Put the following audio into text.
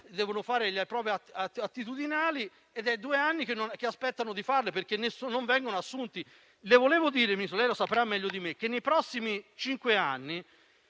devono fare le prove attitudinali ed è due anni che aspettano di farle, perché non vengono assunti. Le volevo dire, Ministro, ma lei lo saprà meglio di me, che nei prossimi cinque anni